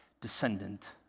descendant